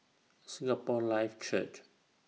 Singapore Life Church